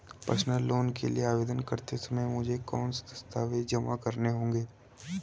Personal loan के लिए आवेदन करते समय मुझे कौन से दस्तावेज़ जमा करने होंगे?